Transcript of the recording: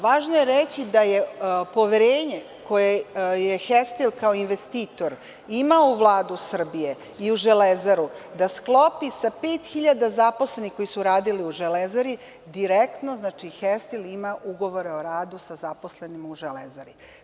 Važno je reći da je poverenje koje je „Hestel“ kao investitor imao u Vladu Srbije i u „Železaru“ da sklopi sa 5.000 zaposlenih koji su radili u „Železari“ direktno, znači, „Hestil“ ima ugovore o radu sa zaposlenima u „Železari“